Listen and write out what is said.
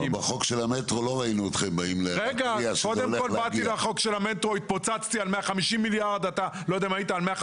אבל בחוק של המטרו לא ראינו אתכם באים --- התפוצצתי על זה ש-150